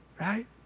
Right